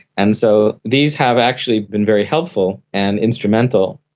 and so these have actually been very helpful and instrumental.